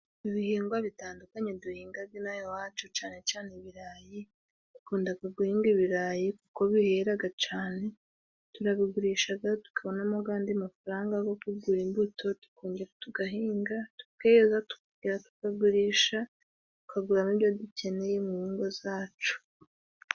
Ibihingwa bitandukanye duhinga in'aha iwacu cyane cyane ibirayi. Dukunda guhinga ibirayi kuko bihera cyane, turabigurisha tukabonamo andi mafaranga yo kugura imbuto tugahinga, tukazagurisha tukaguramo ibyo dukeneye mu ngo zacu.